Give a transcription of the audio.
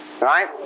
right